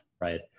right